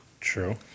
True